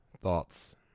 Thoughts